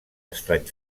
estrany